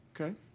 Okay